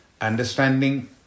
understanding